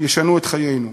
ישנו את חיינו,